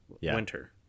winter